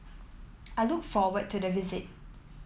I look forward to the visit